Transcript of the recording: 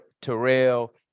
Terrell